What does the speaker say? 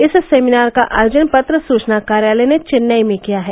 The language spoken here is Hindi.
इस सेमिनार का आयोजन पत्र सूचना कार्यालय ने चेन्नई में किया है